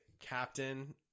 captain